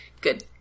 Good